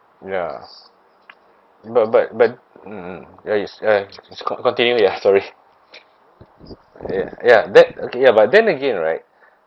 ya but but but mm mm ya it's uh con~ continue ya sorry ya ya then okay ya but then again right